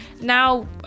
Now